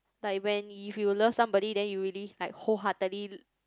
like when if you love somebody then you really like whole heartedly